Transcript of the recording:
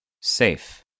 Safe